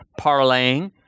parlaying